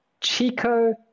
Chico